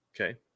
Okay